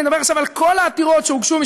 אני מדבר עכשיו על כל העתירות שהוגשו,